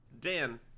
Dan